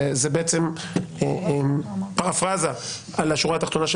זה בעצם פרפרזה על השורה התחתונה של